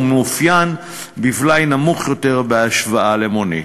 ומאופיין בבלאי נמוך יותר בהשוואה למונית.